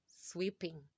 sweeping